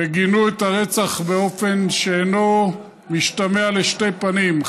וגינו את הרצח באופן שאינו משתמע לשתי פנים,